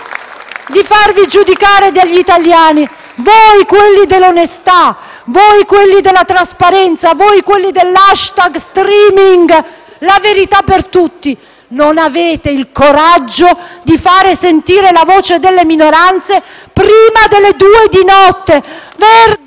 di farvi giudicare dagli italiani. Voi, quelli dell'onestà! Voi, quelli della trasparenza! Voi, quelli dell'*hashtag*: streaminglaveritàpertutti! Non avete il coraggio di far sentire la voce delle minoranze prima delle 2 di notte!